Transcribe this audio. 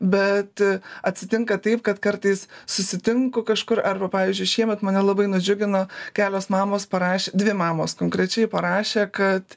bet atsitinka taip kad kartais susitinku kažkur arba pavyzdžiui šiemet mane labai nudžiugino kelios mamos parašė dvi mamos konkrečiai parašė kad